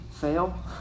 fail